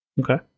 Okay